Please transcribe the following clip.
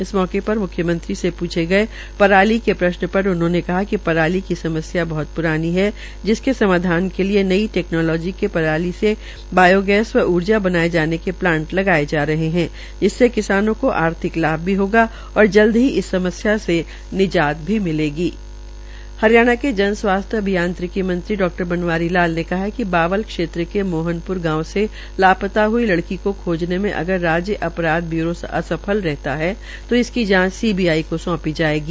इस मौके पर म्ख्यमंत्री से पूछे गए पराली के सवाल पर कहा कि पराली की समस्या बहूत ही पुरानी है जिसके समाधान के लिए नई टेक्नोलॉजी के पराली से बायोगैस व् पावर बनाये जाने के प्लांट लगाए जा रहे है जिससे किसानो को आर्थिक लाभ भी मिलेगा और जल्द ही इस समस्या से नजात मिलेगी हरियाणा के जनस्वास्थ्य अभियांत्रिकी मंत्री डा बनवारी लाल ने कहा है कि बावल क्षेत्र के मोहन पूर गांव से लापता हुई लड़की को खोजने में अगर राज्य अपराध ब्यूरो असफल रहा है तो इसकी जांच सीबीआई को सोपी जायेगी